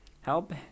help